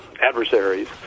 adversaries